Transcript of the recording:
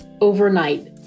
overnight